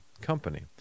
company